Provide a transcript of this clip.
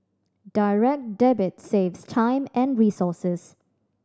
Direct Debit saves time and resources